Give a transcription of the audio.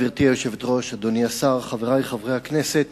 גברתי היושבת-ראש, אדוני השר, חברי חברי הכנסת,